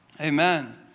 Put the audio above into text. Amen